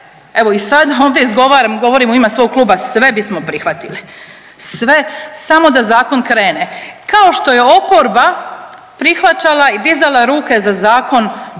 Evo i sad ovdje izgovaram, govorim u ime svog kluba sve bismo prihvatili, sve samo da zakon krene. Kao što je oporba prihvaćala i dizala ruke za zakon